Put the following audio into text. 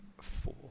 Four